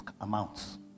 amounts